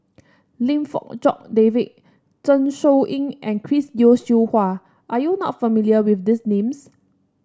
Lim Fong Jock David Zeng Shouyin and Chris Yeo Siew Hua are you not familiar with these names